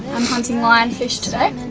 hunting lion fish today.